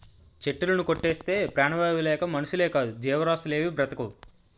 చెట్టులుని కొట్టేస్తే ప్రాణవాయువు లేక మనుషులేకాదు జీవరాసులేవీ బ్రతకవు